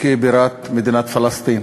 כבירת מדינת פלסטין.